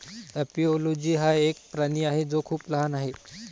एपिओलोजी हा एक प्राणी आहे जो खूप लहान आहे